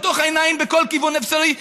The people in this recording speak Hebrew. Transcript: לתוך העיניים בכל כיוון אפשרי,